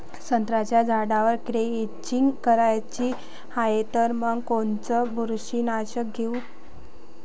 संत्र्याच्या झाडाला द्रेंचींग करायची हाये तर मग कोनच बुरशीनाशक घेऊ?